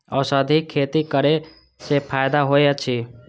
औषधि खेती करे स फायदा होय अछि?